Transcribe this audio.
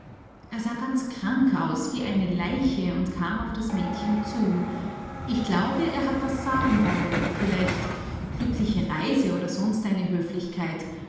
er sah ganz krank aus wie eine leiche und kam auf das mädchen zu ich glaube er hat was sagen wollen vielleicht glückliche reise oder sonst eine höflichkeit